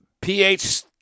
PH